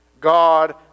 God